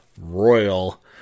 Royal